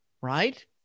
right